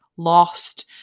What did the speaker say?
lost